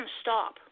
stop